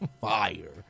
fire